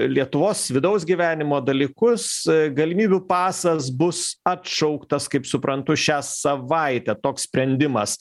lietuvos vidaus gyvenimo dalykus galimybių pasas bus atšauktas kaip suprantu šią savaitę toks sprendimas